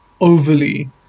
overly